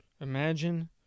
Imagine